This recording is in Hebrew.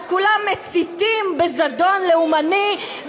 אז כולם מציתים בזדון לאומני,